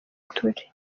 turi